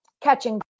catching